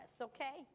okay